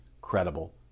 credible